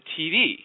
TV